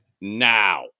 now